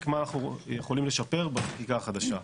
מה אנחנו יכולים לשפר בחקיקה החדשה.